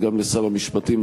וגם לשר המשפטים,